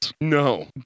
No